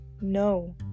No